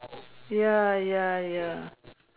ya ya ya